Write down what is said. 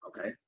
Okay